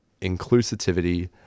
inclusivity